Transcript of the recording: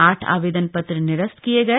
आठ आवेदन पत्र निरस्त किए गए